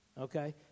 Okay